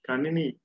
Kanini